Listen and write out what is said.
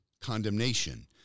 Condemnation